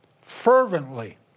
fervently